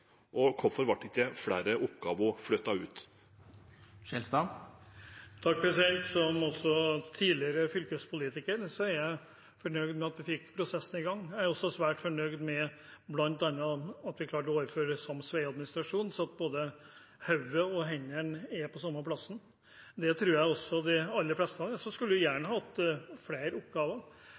Og hvorfor ble det ikke flere oppgaver å flytte ut? Som tidligere fylkespolitiker er jeg fornøyd med at vi fikk prosessen i gang. Jeg er også svært fornøyd med at vi bl.a. klarte å overføre sams vegadministrasjon, sånn at både hodet og hendene er på samme sted. Så skulle vi gjerne hatt flere oppgaver, og det er litt av jobben framover. Jeg